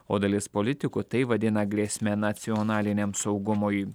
o dalis politikų tai vadina grėsme nacionaliniam saugumui